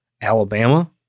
Alabama